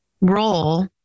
role